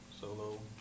solo